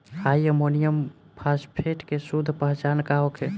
डाई ammonium phosphate के शुद्ध पहचान का होखे?